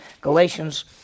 Galatians